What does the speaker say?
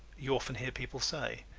you often hear people say.